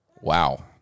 Wow